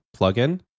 plugin